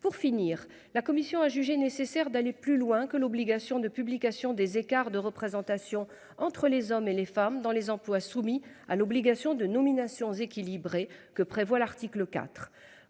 pour finir, la commission a jugé nécessaire d'aller plus loin que l'obligation de publication des écarts de représentation entre les hommes et les femmes dans les emplois soumis à l'obligation de nominations équilibrées que prévoit l'article